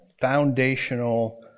foundational